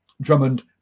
Drummond